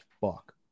fuck